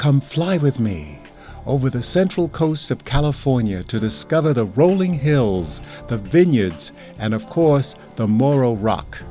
come fly with me over the central coast of california to discover the rolling hills the vineyards and of course the moro rock